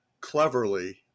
cleverly